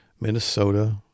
Minnesota